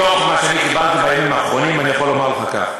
ממה שאני דיברתי בימים האחרונים אני יכול לומר לך כך: